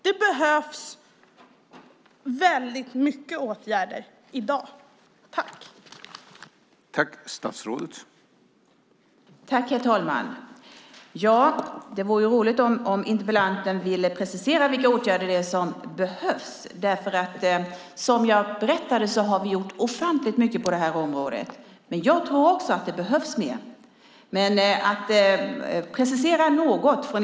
Det behövs väldigt mycket åtgärder, i dag.